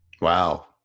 wow